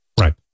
Right